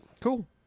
Cool